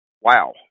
wow